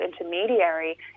intermediary